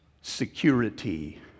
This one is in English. security